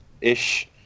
ish